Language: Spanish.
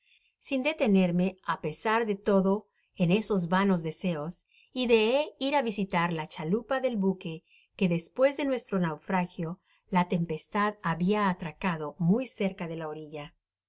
sin detenerme á pesar de todo en esos vanos deseos ideé ir á visitar la chalupa del buque que despues de nuestro naufragio la tempestad habia atracado muy cerca de la orilla